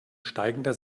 steigender